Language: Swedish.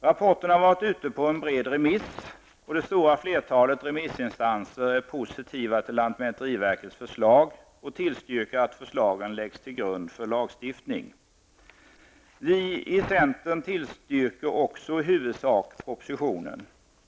Rapporten har varit ute på en bred remiss. Det stora flertalet remissinstanser är positiva till lantmäteriverkets förslag och tillstyrker att förslaget läggs till grund för lagstiftning. Vi i centern tillstyrker också i huvudsak propositionen.